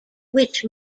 which